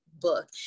book